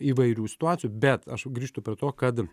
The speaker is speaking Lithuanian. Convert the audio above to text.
įvairių situacijų bet aš grįžtu prie to kad